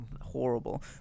horrible